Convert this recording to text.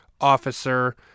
officer